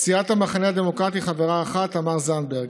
סיעת המחנה הדמוקרטי, חברה אחת: תמר זנדברג,